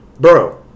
Bro